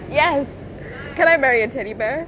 yes can I marry a teddy bear